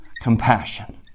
compassion